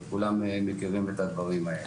כולם מכירים את הדברים האלה.